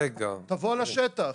תבוא לשטח.